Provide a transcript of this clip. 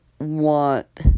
want